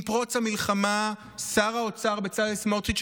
עם פרוץ המלחמה שר האוצר בצלאל סמוטריץ'